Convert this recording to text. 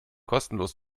kostenlos